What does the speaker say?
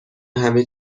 همه